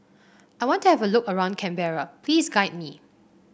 I want to have a look around Canberra please guide me